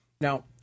Now